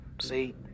see